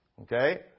okay